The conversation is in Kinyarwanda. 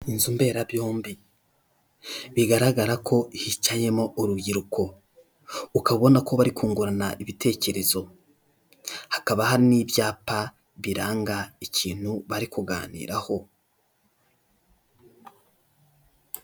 Inzu mbera byombi bigaragara ko hicayemo urubyiruko. Ukaba ubona ko bari kungungurana ibitekerezo hakaba hari n'ibyapa biranga ikintu bari kuganiraho.